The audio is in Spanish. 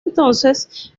entonces